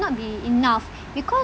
not be enough because